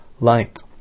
light